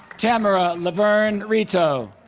tamara laverne reto